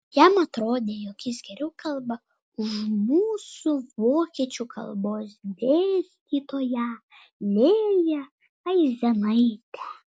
jam atrodė jog jis geriau kalba už mūsų vokiečių kalbos dėstytoją lėją aizenaitę